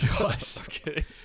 Okay